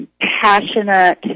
Passionate